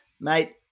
Mate